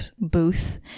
booth